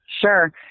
Sure